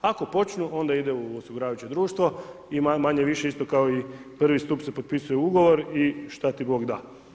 Ako počnu onda ide u osiguravajuće društvo i manje-više isto kao i I. stup se potpisuje ugovor i šta ti Bog da.